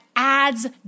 adds